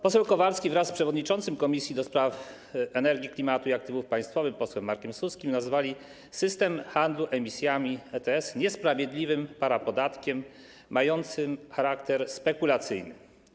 Poseł Kowalski wraz z przewodniczącym Komisji do Spraw Energii, Klimatu i Aktywów Państwowych posłem Markiem Suskim nazwali system handlu emisjami ETS niesprawiedliwym parapodatkiem mającym charakter spekulacyjny.